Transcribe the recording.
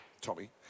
Tommy